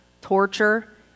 torture